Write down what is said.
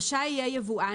רשאי יהיה יבואן,